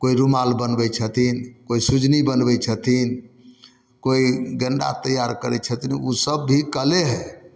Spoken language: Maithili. कोइ रुमाल बनबै छथिन कोइ सुजनी बनबै छथिन कोइ गेन्दा तैआर करै छथिन ओसब भी कले हइ